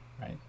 right